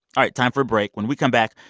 all right. time for a break. when we come back,